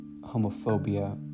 homophobia